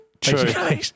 True